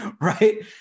right